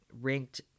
ranked